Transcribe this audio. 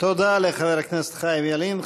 תודה לחבר הכנסת חיים ילין.